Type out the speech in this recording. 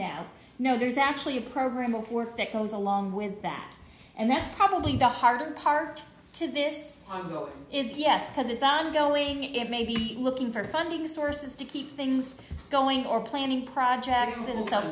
now no there's actually a program of work that goes along with that and that's probably the hardest part to this article if yes because it's ongoing maybe looking for funding sources to keep things going or planning projects still some